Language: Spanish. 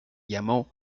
llamó